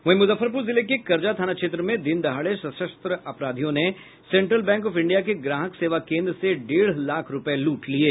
वहीं मुजफ्फरपुर जिले के करजा थाना क्षेत्र में दिनदहाड़े सशस्त्र अपराधियों ने सेंट्रल बैंक ऑफ इंडिया के ग्राहक सेवा केंद्र से डेढ़ लाख रुपए लूट लिये